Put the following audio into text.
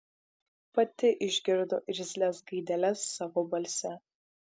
pati išgirdo irzlias gaideles savo balse